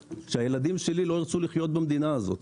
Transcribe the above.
שהילדים שלי לא ירצו לחיות במדינה הזאת.